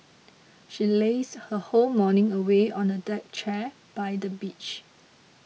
she lazed her whole morning away on a deck chair by the beach